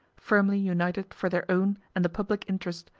firmly united for their own and the public interest,